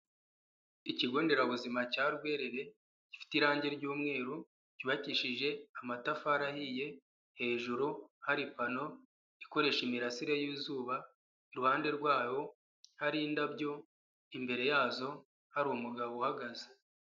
Ikigo nderabuzima cya Rwerere gifite irangi ry'umweru cyubakishije amatafari ahiye, hejuru hari amapano akoresha imirasire y'izuba, iruhande rwayo hari indabyo, imbere yazo hari umugabo uhagaze.